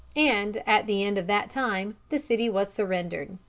and at the end of that time the city was surrendered.